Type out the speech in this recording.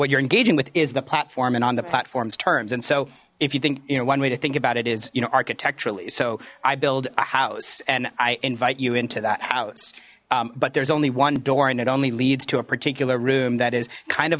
what you're engaging with is the platform and on the platform's terms and so if you think you know one way to think about it is you know our cat actually so i build a house and i invite you into that house but there's only one door and it only leads to a particular room that is kind of